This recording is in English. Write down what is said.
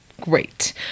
Great